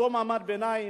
אותו מעמד ביניים,